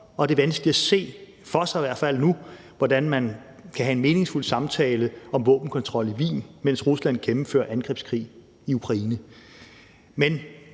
og det er vanskeligt at se for sig, i hvert fald nu, hvordan man kan have en meningsfuld samtale om våbenkontrol i Wien, mens Rusland gennemfører angrebskrig i Ukraine. Men